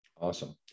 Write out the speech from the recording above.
Awesome